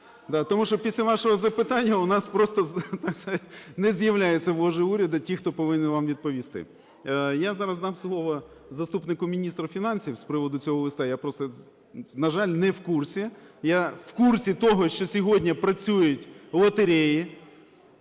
Тому що після вашого запитання у нас просто, так сказать, не з'являються в ложі уряду ті, хто повинен вам відповісти. Я зараз дам слово заступнику міністра фінансів з приводу цього листа. Я просто, на жаль, не в курсі. Я в курсі того, що сьогодні працюють лотереї,